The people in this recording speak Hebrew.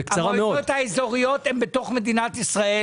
המועצות האזוריות הן בתוך מדינות מדינת ישראל.